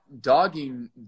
dogging